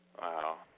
Wow